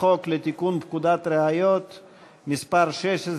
חוק לתיקון פקודת הראיות (מס' 16),